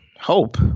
hope